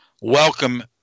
welcome